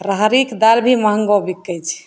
राहरीके दालि भी महँगो बिकै छै